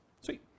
Sweet